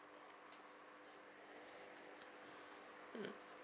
mm